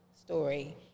story